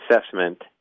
assessment